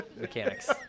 mechanics